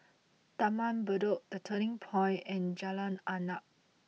Taman Bedok The Turning Point and Jalan Arnap